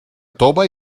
tova